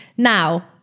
Now